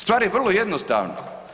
Stvar je vrlo jednostavna.